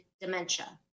dementia